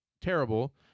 terrible